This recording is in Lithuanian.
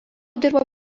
dirbo